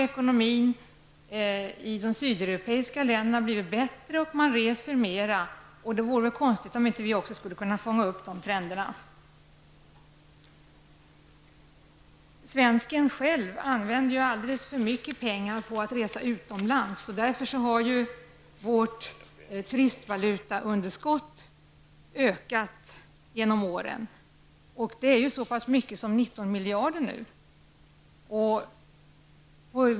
Ekonomin i de sydeuropeiska länderna har blivit bättre, och man reser mera. Det vore konstigt om vi inte skulle kunna fånga upp de trenderna. Svensken själv använder alldeles för mycket pengar till att resa utomlands. Därför har vårt turistvalutaunderskott ökat genom åren. Det rör sig nu om 19 miljarder.